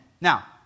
Now